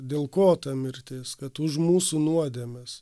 dėl ko ta mirtis kad už mūsų nuodėmes